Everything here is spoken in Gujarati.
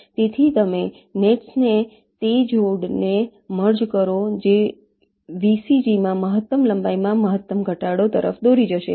તેથી તમે નેટ્સની તે જોડને મર્જ કરો જે VCG માં મહત્તમ લંબાઈમાં મહત્તમ ઘટાડો તરફ દોરી જશે